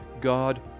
god